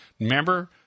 Remember